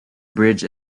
bridge